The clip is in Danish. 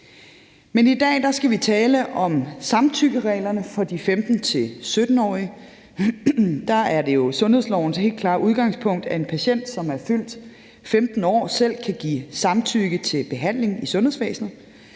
Men i dag skal vi tale om samtykkereglerne for de 15-17-årige. Der er det jo sundhedslovens helt klare udgangspunkt, at en patient, som er fyldt 15 år, selv kan give samtykke til behandling i sundhedsvæsenet,